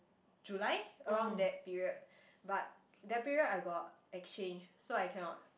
July around that period but that period I got exchange so I cannot